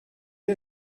est